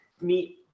meet